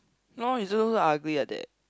no he still look ugly like that